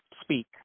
speak